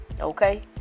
Okay